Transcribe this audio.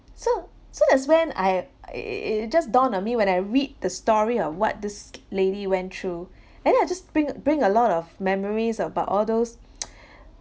so so that's when I it it it it just dawned on me when I read the story of what this lady went through and then it just bring bring a lot of memories about all those